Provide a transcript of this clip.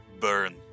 burn